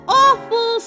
awful